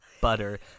butter